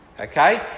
Okay